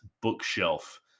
bookshelf